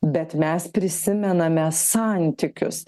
bet mes prisimename santykius